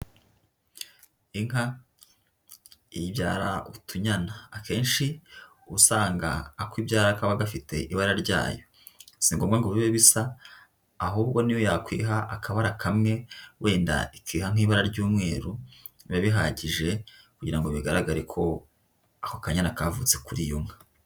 Inka ibyara utunyana akenshi usanga ako ibyara kaba gafite ibara ryayo, si ngombwa ngo bibe bisa ahubwo niyo yakwiha akabara kamwe wenda ikiha nk'ibara ry'umweru biba bihagije kugira ngo bigaragare ko ako kanya kavutse kuri iyo nka.